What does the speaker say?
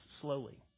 slowly